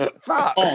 Fuck